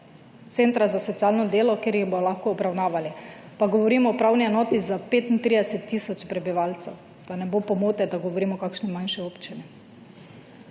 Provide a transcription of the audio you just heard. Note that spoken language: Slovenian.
centra za socialno delo, kjer jih bodo lahko obravnavali; pa govorim o upravni enoti za 35 tisoč prebivalcev, da ne bo pomote, da govorim o kakšni manjši občini.